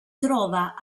trova